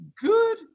good